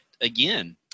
again